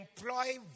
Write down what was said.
employ